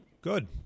Good